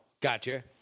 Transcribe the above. gotcha